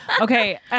Okay